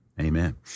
amen